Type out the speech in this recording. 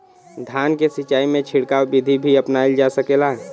धान के सिचाई में छिड़काव बिधि भी अपनाइल जा सकेला?